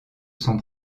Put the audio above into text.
sont